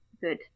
good